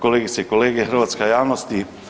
Kolegice i kolege, hrvatska javnosti.